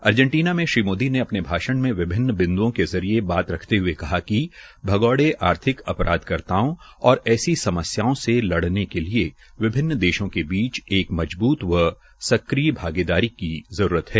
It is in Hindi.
अर्जेटीना में श्री मोदी ने अपने भाषण में विभिन्न बिन्दुओं के जरिये बात रखते हए कहा कि भगौड़े आर्थिक अपराधकर्ताओं और ऐसी समस्याओं से लड़ने के लिए विभिन्न देशों के बीच एक मजबूत व सक्रिय भागेदारी की जरूरत है